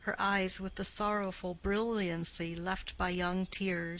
her eyes with the sorrowful brilliancy left by young tears,